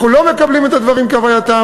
אנחנו לא מקבלים את הדברים כהווייתם,